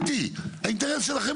מצד שני --- רגע, רגע.